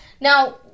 Now